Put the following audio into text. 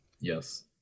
yes